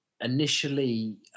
initially